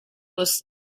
was